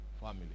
family